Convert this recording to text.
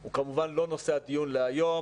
הוא כמובן לא נושא הדיון להיום,